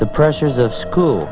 the pressures of school